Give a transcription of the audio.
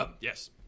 Yes